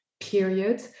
Period